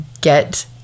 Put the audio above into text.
get